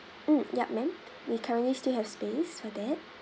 mm yup ma'am we currently still have space for that